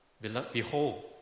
Behold